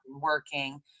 working